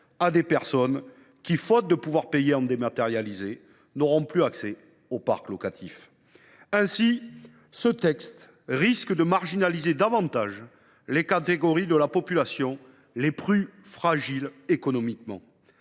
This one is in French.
aux personnes qui, faute de pouvoir payer de manière dématérialisée, n’auront plus accès au parc locatif. Ainsi, ce texte risque de marginaliser encore davantage les catégories de la population les plus fragiles économiquement.